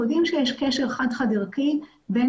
אנחנו יודעים שיש קשר חד-חד-ערכי בין